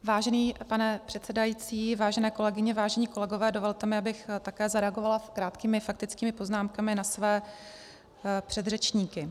Vážený pane předsedající, vážené kolegyně, vážení kolegové, dovolte mi, abych také zareagovala krátkými faktickými poznámkami na své předřečníky.